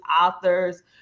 authors